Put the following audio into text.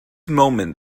moment